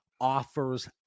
offers